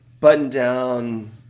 button-down